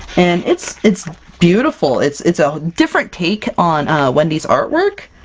and it's it's beautiful! it's it's a different take on wendy's artwork.